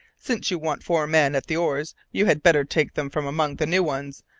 since you want four men at the oars you had better take them from among the new ones.